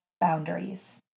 boundaries